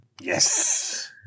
Yes